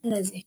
Karà zen̈y.